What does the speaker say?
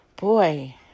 boy